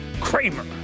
Kramer